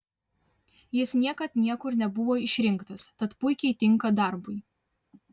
jis niekad niekur nebuvo išrinktas tad puikiai tinka darbui